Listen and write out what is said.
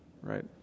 right